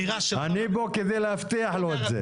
אני פה כדי להבטיח לו את זה.